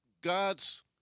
God's